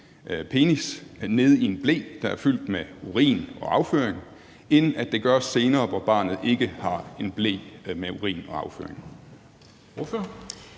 penis nede i en ble, der er fyldt med urin og afføring, end det er, at barnet får sået senere, hvor barnet ikke har en ble med urin og afføring